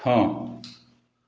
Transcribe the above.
ହଁ